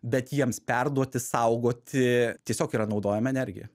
bet jiems perduoti saugoti tiesiog yra naudojama energija